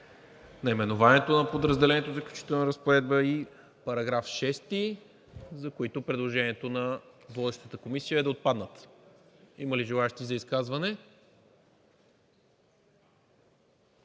наименованието на Подразделението „Заключителна разпоредба“ и § 6, за които предложението на водещата Комисия е да отпаднат. Има ли желаещи за изказване?